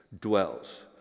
dwells